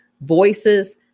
voices